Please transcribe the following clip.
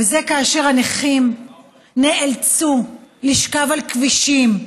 וזה כאשר הנכים נאלצו לשכב על כבישים,